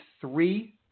three